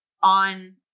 on